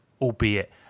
albeit